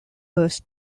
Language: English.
was